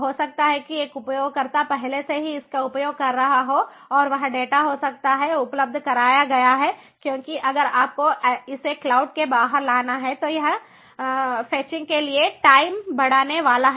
हो सकता है कि एक उपयोगकर्ता पहले से ही इसका उपयोग कर रहा हो और वह डेटा हो सकता है उपलब्ध कराया गया है क्योंकि अगर आपको इसे क्लाउड के बाहर लाना है तो यह फेचिंग के लिए टाइम बढ़ने वाला है